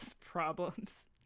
problems